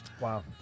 wow